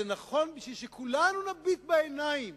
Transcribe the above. זה נכון כדי שכולנו נביט בעיניים